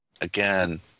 Again